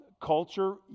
culture